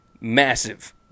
massive